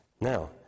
Now